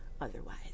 otherwise